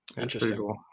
Interesting